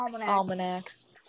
Almanacs